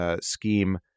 scheme